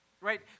right